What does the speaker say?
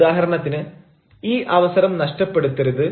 ഉദാഹരണത്തിന് ഈ അവസരം നഷ്ടപ്പെടുത്തരുത്